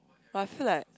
but I feel like